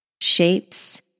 shapes